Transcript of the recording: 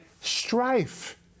strife